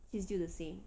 she's still the same